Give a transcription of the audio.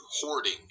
hoarding